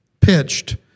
pitched